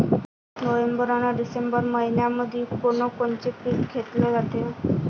November अन December मइन्यामंधी कोण कोनचं पीक घेतलं जाते?